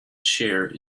share